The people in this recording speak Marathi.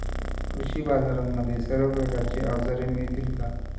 कृषी बाजारांमध्ये सर्व प्रकारची अवजारे मिळतील का?